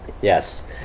yes